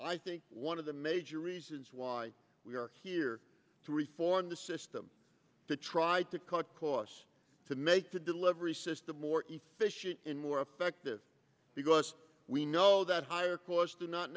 i think one of the major reasons why we are here to reform the system to try to cut costs to make the delivery system more efficient and more effective because we know that higher courts do not